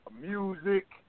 music